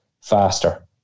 faster